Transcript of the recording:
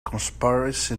conspiracy